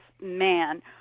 man